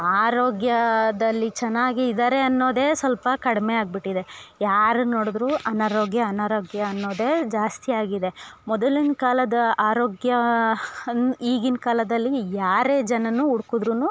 ಆರೋಗ್ಯದಲ್ಲಿ ಚೆನ್ನಾಗಿ ಇದ್ದಾರೆ ಅನ್ನೋದೆ ಸ್ವಲ್ಪ ಕಡಿಮೆ ಆಗಿಬಿಟ್ಟಿದೆ ಯಾರು ನೋಡಿದ್ರು ಅನಾರೋಗ್ಯ ಅನಾರೋಗ್ಯ ಅನ್ನೋದೇ ಜಾಸ್ತಿ ಆಗಿದೆ ಮೊದಲಿನ ಕಾಲದ ಆರೋಗ್ಯ ಈಗಿನ ಕಾಲದಲ್ಲಿ ಯಾರೇ ಜನರನ್ನು ಹುಡ್ಕುದ್ರು